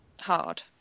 Hard